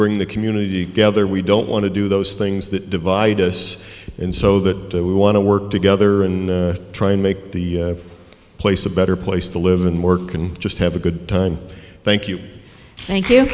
bring the community together we don't want to do those things that divide us in so that we want to work together and try to make the place a better place to live and work and just have a good time thank you thank you